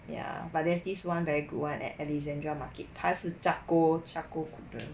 ya but there's this [one] very good [one] at alexandra market 他是 charcoal charcoal cook 的